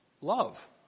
love